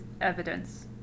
evidence